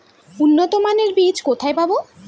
উন্নতমানের বীজ কোথায় পাব?